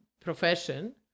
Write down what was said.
profession